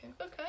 okay